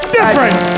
Different